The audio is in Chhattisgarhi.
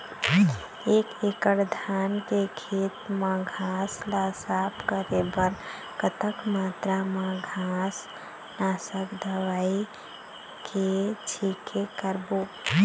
एक एकड़ धान के खेत मा घास ला साफ करे बर कतक मात्रा मा घास नासक दवई के छींचे करबो?